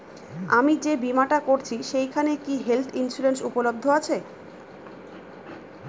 আমি যে বীমাটা করছি সেইখানে কি হেল্থ ইন্সুরেন্স উপলব্ধ আছে?